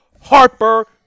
Harper